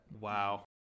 Wow